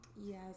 Yes